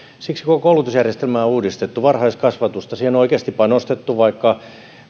siksi koko koulutusjärjestelmää on uudistettu ja varhaiskasvatusta siihen on oikeasti panostettu vaikka